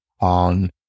on